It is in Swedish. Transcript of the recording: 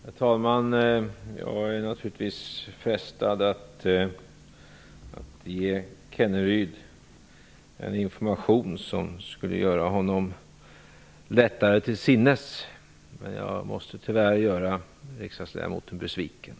Herr talman! Jag är naturligtvis frestad att ge Rolf Kenneryd en information som skulle göra honom lättare till sinnes. Tyvärr måste jag göra riksdagsledamoten besviken.